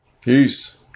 Peace